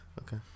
Okay